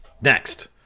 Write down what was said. Next